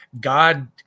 god